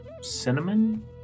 cinnamon